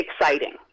exciting